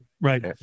Right